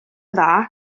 dda